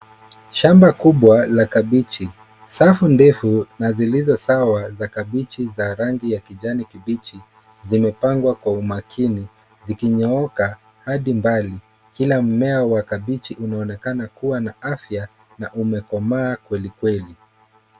Shamba kubwa la kabeji. Safu ndefu na zilizo sawa za kabeji za rangi ya kijani kibichi zimepangwa kwa umakini, zikinyooka hadi mbali. Kila mmea wa kabeji unaonekana kuwa na afya na umekomaa kwelikweli.